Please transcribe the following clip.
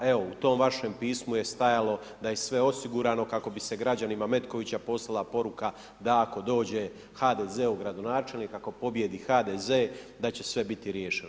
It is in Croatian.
A evo, u tom vašem pismu je stajalo da je sve osigurano kako bi se građanima Metkovića poslala poruka da ako dođe HDZ-ov gradonačelnik, ako pobjedi HDZ da će sve biti riješeno.